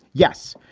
yes,